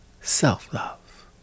self-love